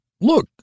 look